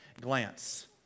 glance